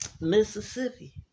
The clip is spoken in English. Mississippi